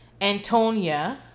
Antonia